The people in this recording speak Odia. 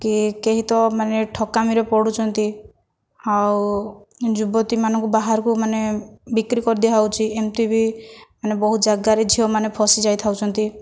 କି କେହି ତ ମାନେ ଠକାମିରେ ପଡ଼ୁଛନ୍ତି ଆଉ ଯୁବତୀମାନଙ୍କୁ ବାହାରକୁ ମାନେ ବିକ୍ରି କରି ଦିଆହେଉଛି ଏମିତି ବି ମାନେ ବହୁତ ଜାଗାରେ ଝିଅମାନେ ଫସି ଯାଇଥାଉଛନ୍ତି